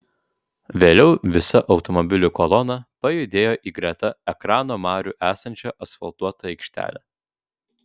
vėliau visa automobilių kolona pajudėjo į greta ekrano marių esančią asfaltuotą aikštelę